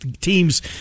teams